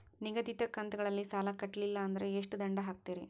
ನಿಗದಿತ ಕಂತ್ ಗಳಲ್ಲಿ ಸಾಲ ಕಟ್ಲಿಲ್ಲ ಅಂದ್ರ ಎಷ್ಟ ದಂಡ ಹಾಕ್ತೇರಿ?